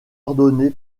ordonné